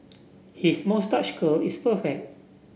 his moustache curl is perfect